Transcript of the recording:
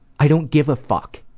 i don't give a fuck.